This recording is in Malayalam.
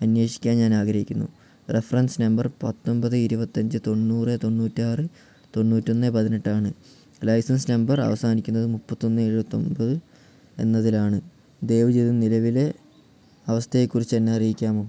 അന്വേഷിക്കാൻ ഞാനാഗ്രഹിക്കുന്നു റഫറൻസ് നമ്പർ പത്തൊമ്പത് ഇരുപത്തിയഞ്ച് തൊണ്ണൂറ് തൊണ്ണൂറ്റിയാറ് തൊണ്ണൂറ്റൊന്ന് പതിനെട്ടാണ് ലൈസെൻസ് നമ്പർ അവസാനിക്കുന്നത് മുപ്പത്തിയൊന്ന് എഴുപത്തി ഒന്പത് എന്നതിലാണ് ദയവു ചെയ്ത് നിലവിലെ അവസ്ഥയെക്കുറിച്ച് എന്നെ അറിയിക്കാമോ